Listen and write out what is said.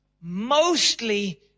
mostly